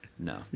No